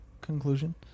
conclusion